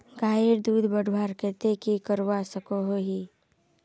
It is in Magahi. गायेर दूध बढ़वार केते की करवा सकोहो ही?